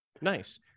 Nice